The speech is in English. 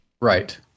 Right